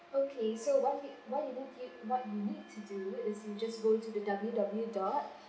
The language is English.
okay so what you what you need what you need to do is you just go to the W W dot